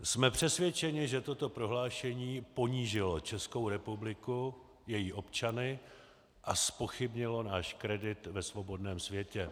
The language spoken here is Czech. Jsme přesvědčeni, že toto prohlášení ponížilo Českou republiku, její občany a zpochybnilo náš kredit ve svobodném světě.